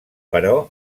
però